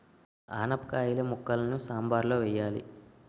ఆనపకాయిల ముక్కలని సాంబారులో వెయ్యాలి